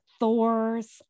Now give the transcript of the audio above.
Thor's